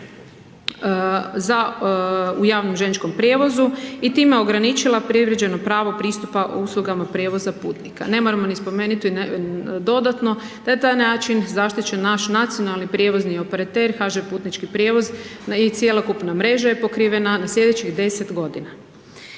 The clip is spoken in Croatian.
u javnom željezničkom prijevozu i time ograničila privređeno pravo pristupa uslugama prijevoza putnika. Ne moramo ni spomenuti dodatno da je taj način zaštićen naš nacionalni prijevozni operater HŽ Putnički prijevoz i cjelokupna mreža je pokrivena u slijedećih 10 godina.